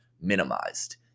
minimized